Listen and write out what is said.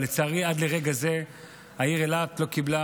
אבל לצערי עד לרגע זה העיר אילת לא קיבלה